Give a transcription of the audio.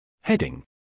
Heading